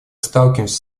сталкиваемся